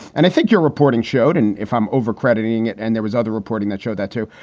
and i think your reporting showed and if i'm over crediting and there was other reporting that showed that, too.